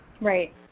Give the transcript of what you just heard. Right